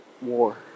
war